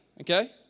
Okay